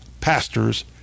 pastors